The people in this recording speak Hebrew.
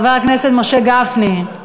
חבר הכנסת משה גפני.